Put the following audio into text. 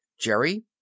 Jerry